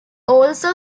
also